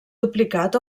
duplicat